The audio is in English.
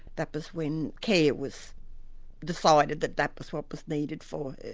that was when care was decided, that that was what was needed for